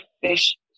fish